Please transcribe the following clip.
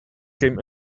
came